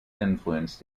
influence